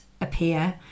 appear